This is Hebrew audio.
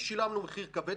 ושילמנו מחיר כבר,